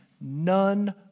None